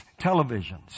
televisions